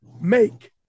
make